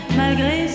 malgré